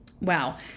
Wow